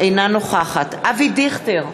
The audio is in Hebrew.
אינה נוכחת אבי דיכטר,